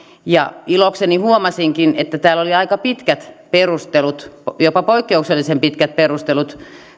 ilokseni huomasinkin että täällä oli aika pitkät perustelut jopa poikkeuksellisen pitkät perustelut